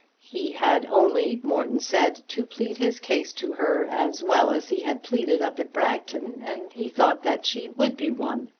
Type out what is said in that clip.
he had only, morton said, to plead his case to her as well as he had pleaded up at bragton and he thought that she would be won.